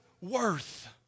worth